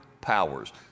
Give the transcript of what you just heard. powers